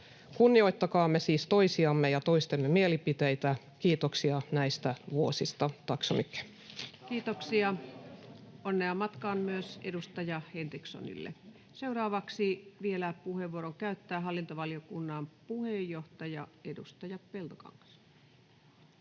Kunnioittakaamme siis toisiamme ja toistemme mielipiteitä. Kiitoksia näistä vuosista,